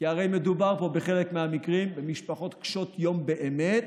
כי הרי מדובר פה בחלק מהמקרים במשפחות קשות יום באמת,